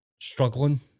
struggling